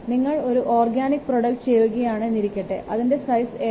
നിങ്ങൾ ഒരു organic project ചെയ്യുകയാണ് എന്നിരിക്കട്ടെ അതിൻറെ സൈസ് 7